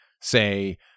say